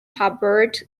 hubbard